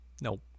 Nope